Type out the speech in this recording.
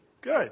Good